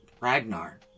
Ragnar